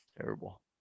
Terrible